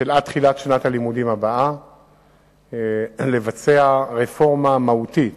עד תחילת שנת הלימודים הבאה לבצע רפורמה מהותית